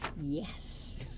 yes